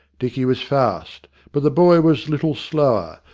dicky was fast, but the boy was little slower,